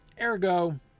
ergo